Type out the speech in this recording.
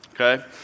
okay